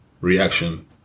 reaction